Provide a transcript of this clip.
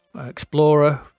explorer